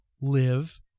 live